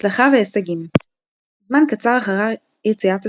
הצלחה והישגים זמן קצר אחר יציאת הספר,